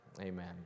amen